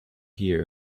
hear